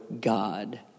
God